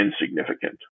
insignificant